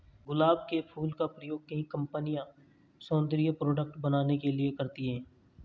गुलाब के फूल का प्रयोग कई कंपनिया सौन्दर्य प्रोडेक्ट बनाने के लिए करती है